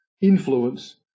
influence